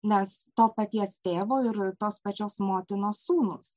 nes to paties tėvo ir tos pačios motinos sūnūs